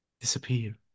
disappear